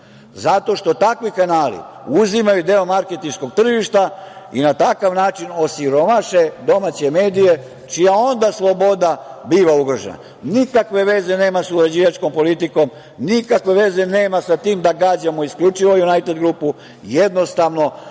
zato što takvi kanali uzimaju deo marketinškog tržišta i na takav način osiromaše domaće medije čija onda sloboda biva ugrožena. Nikakve veze nema sa uređivačkom politikom, nikakve veze nema sa tim da gađamo isključivo „Junajted grupu“, jednostavno